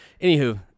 anywho